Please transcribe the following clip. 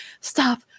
stop